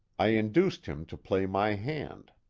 i induced him to play my hand.